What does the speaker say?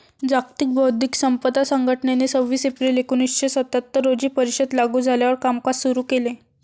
जागतिक बौद्धिक संपदा संघटनेने सव्वीस एप्रिल एकोणीसशे सत्याहत्तर रोजी परिषद लागू झाल्यावर कामकाज सुरू केले